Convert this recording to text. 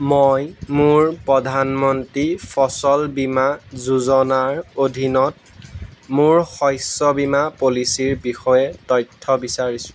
মই মোৰ প্ৰধানমন্ত্ৰী ফচল বীমা যোজনাৰ অধীনত মোৰ শস্য বীমা পলিচিৰ বিষয়ে তথ্য বিচাৰিছোঁ